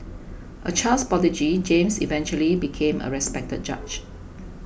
a child prodigy James eventually became a respected judge